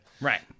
Right